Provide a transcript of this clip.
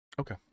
okay